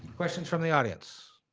questions from the audience?